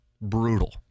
brutal